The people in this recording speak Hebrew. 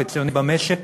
במשק